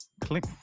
click